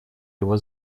его